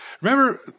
Remember